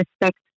respect